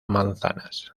manzanas